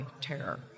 terror